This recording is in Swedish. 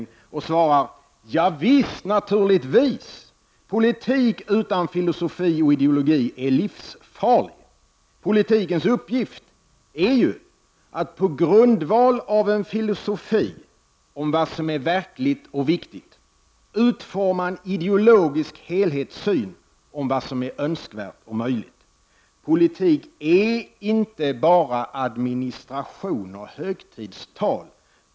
Han skall då svara: Ja visst, naturligtvis, politik utan filosofi och ideologi är livsfarlig. Politikens uppgift är ju att på grundval av en filosofi om vad som är verkligt och viktigt utforma en ideologisk helhetssyn om vad som är önskvärt och möjligt. Politik är inte bara administration och högtidstal.